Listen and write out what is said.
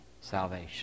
salvation